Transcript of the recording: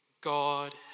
God